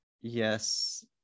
Yes